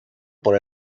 por